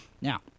Now